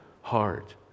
heart